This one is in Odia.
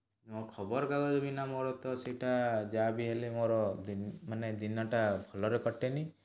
ମୋ ଖବରକାଗଜ ବିନା ମୋର ତ ସେଇଟା ଯାହାବି ହେଲେ ମୋର ଦିନୁ ମାନେ ଦିନଟା ଭଲରେ କଟେନି